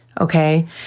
Okay